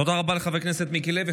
תודה רבה לחבר הכנסת מיקי לוי.